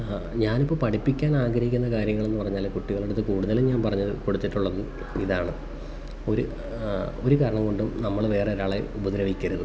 ഞാനിപ്പം പഠിപ്പിക്കാൻ ആഗ്രഹിക്കുന്ന കാര്യങ്ങളെന്നു പറഞ്ഞാൽ കുട്ടികളുടെയടുത്ത് കൂടുതലും ഞാൻ പറഞ്ഞു കൊടുത്തിട്ടുള്ളത് ഇതാണ് ഒരു ഒരു കരണം കൊണ്ടും നമ്മൾ വേറൊരാളെ ഉപദ്രവിക്കരുത്